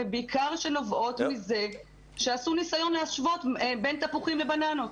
ובעיקר שנובעות מזה שעשו ניסיון להשוות בין תפוחים לבננות.